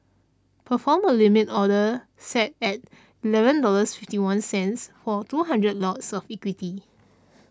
perform a Limit Order set at eleven dollars fifty one cents for two hundred lots of equity